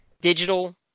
digital